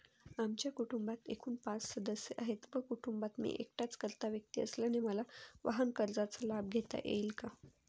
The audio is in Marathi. आमच्या कुटुंबात एकूण पाच सदस्य आहेत व कुटुंबात मी एकटाच कर्ता व्यक्ती असल्याने मला वाहनकर्जाचा लाभ घेता येईल का?